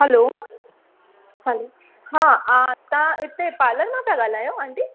hello hello हा तव्हां इते पार्लर मां पिया ॻाल्हायो आंटी